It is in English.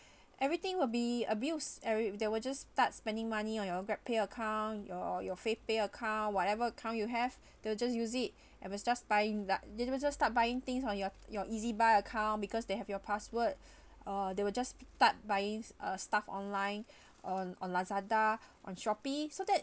everything will be abused eve~ they will just start spending money on your grab pay account your your favepay account whatever account you they will just use it they'll just buying that they will just start buying thing from your your ezbuy account because they have your password uh they will just start buying uh stuff online uh on lazada on shopee so that